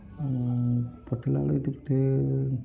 ପଠେଇଲା ବେଳେ ଗୋଟେ